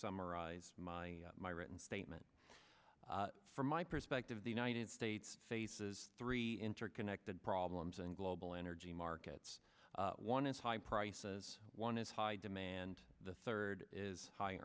summarize my my written statement from my perspective the united states faces three interconnected problems and global energy markets one is high prices one is high demand the third is high